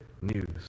news